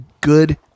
good